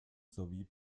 sowie